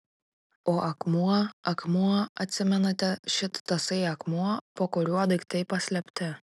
o akmuo akmuo atsimenate šit tasai akmuo po kuriuo daiktai paslėpti